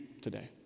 today